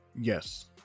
Yes